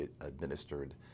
administered